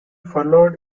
followed